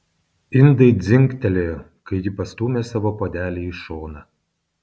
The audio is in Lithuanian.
indai dzingtelėjo kai ji pastūmė savo puodelį į šoną